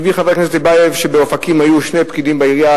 אמר חבר הכנסת טיבייב שבאופקים היו שני פקידים בעירייה,